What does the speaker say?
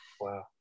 Wow